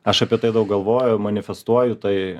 aš apie tai daug galvoju manifestuoju tai